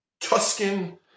Tuscan